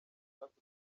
hakurya